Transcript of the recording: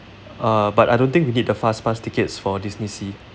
uh but I don't think we need the fast pass tickets for DisneySea